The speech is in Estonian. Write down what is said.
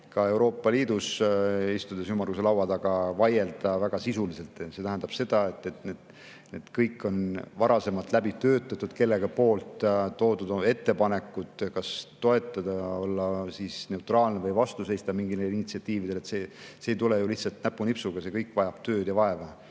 ka Euroopa Liidus, istudes ümmarguse laua taga, vaielda väga sisuliselt. See tähendab seda, et kõik on varasemalt läbi töötatud ja keegi on teinud ettepanekuid, kas toetada, olla neutraalne või vastu seista mingile initsiatiivile. See ei tule ju lihtsalt näpunipsuga, see kõik vajab tööd ja vaeva.